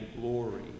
glory